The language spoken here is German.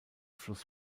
fluss